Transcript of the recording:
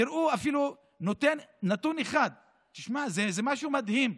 תראו, אפילו נתון אחד, תשמע, זה משהו מדהים,